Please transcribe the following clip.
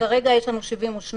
והקוסטה להפסיק עם זה.